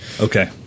Okay